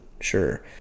Sure